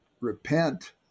repent